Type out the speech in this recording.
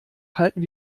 halten